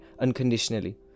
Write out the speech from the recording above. unconditionally